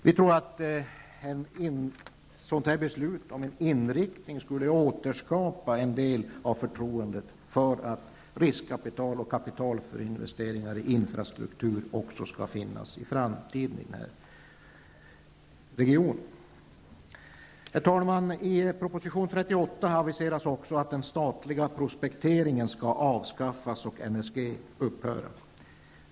Ett beslut om en sådan här inriktning skulle kunna återskapa en del av förtroendet för att riskkapital och kapital för investeringar i infrastruktur också finns i framtiden i den här regionen. Herr talman! I proposition 38 aviseras också att den statliga prospekteringen skall avskaffas och NSG upphöra.